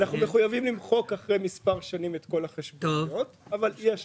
אנחנו מחויבים למחוק אחרי מספר שנים את כל החשבונות אבל יש לנו.